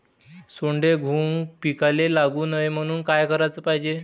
सोंडे, घुंग पिकाले लागू नये म्हनून का कराच पायजे?